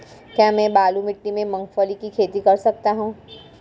क्या मैं बालू मिट्टी में मूंगफली की खेती कर सकता हूँ?